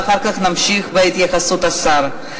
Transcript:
ואחר כך נמשיך בהתייחסות השר.